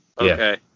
okay